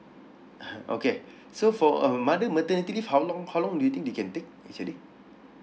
okay so for um mother maternity leave how long how long do you think they can take actually